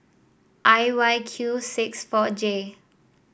I Y Q six four J